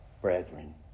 brethren